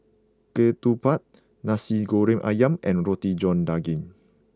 Ketupat Nasi Goreng Ayam and Roti John Daging